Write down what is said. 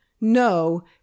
No